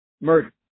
murder